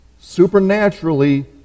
supernaturally